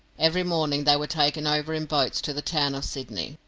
every morning they were taken over in boats to the town of sydney,